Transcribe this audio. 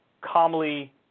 calmly